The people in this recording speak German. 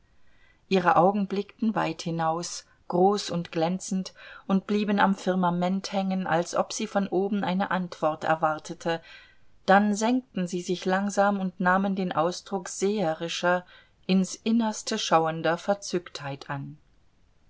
ihre augen blickten weit hinaus groß und glänzend und blieben am firmament hängen als ob sie von oben eine antwort erwartete dann senkten sie sich langsam und nahmen den ausdruck seherischer in's innerste schauender verzücktheit an